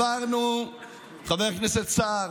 חבר הכנסת סער,